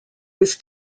was